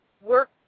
work